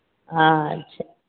अच्छे